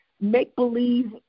Make-believe